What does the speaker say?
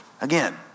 again